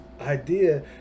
idea